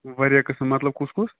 واریاہ قٕسٕم مطلب کُس کُس